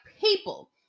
people